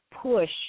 push